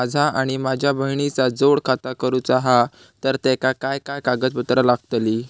माझा आणि माझ्या बहिणीचा जोड खाता करूचा हा तर तेका काय काय कागदपत्र लागतली?